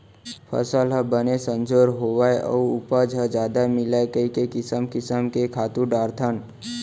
फसल ह बने संजोर होवय अउ उपज ह जादा मिलय कइके किसम किसम के खातू डारथन